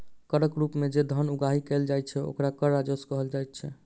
करक रूप मे जे धन उगाही कयल जाइत छै, ओकरा कर राजस्व कहल जाइत छै